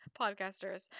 podcasters